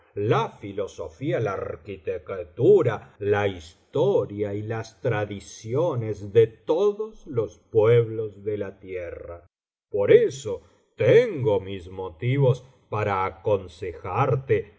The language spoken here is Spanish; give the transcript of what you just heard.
la filosofía la arquitectura la historia y las tradiciones de tocios los pueblos de la tierra por eso tengo mis motivos para aconsejarte oh